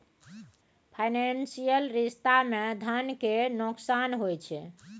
financial रिश्ता मे धन केर नोकसान होइ छै